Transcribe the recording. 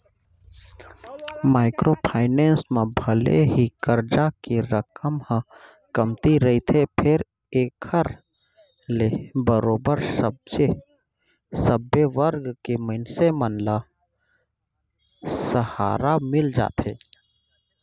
micro finance म भले ही करजा के रकम ह कमती रहिथे फेर एखर ले बरोबर सब्बे वर्ग के मनसे मन ल सहारा मिल जाथे